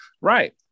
right